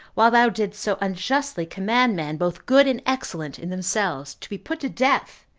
while thou didst so unjustly command men, both good and excellent in themselves, to be put to death,